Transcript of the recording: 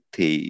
Thì